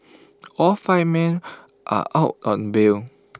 all five men are out on bail